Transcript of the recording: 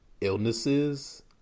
illnesses